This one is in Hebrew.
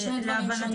זה שני דברים שונים.